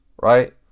Right